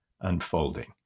unfolding